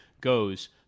goes